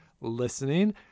listening